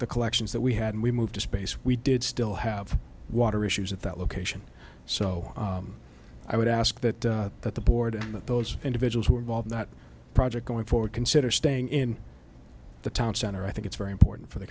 the collections that we had and we moved to space we did still have water issues at that location so i would ask that that the board that those individuals who are involved that project going forward consider staying in the town center i think it's very important for the